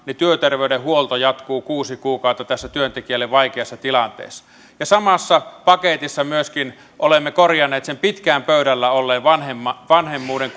työterveyshuolto jatkuu kuusi kuukautta tässä työntekijälle vaikeassa tilanteessa ja samassa paketissa olemme myöskin korjanneet sen pitkään pöydällä olleen vanhemmuuden vanhemmuuden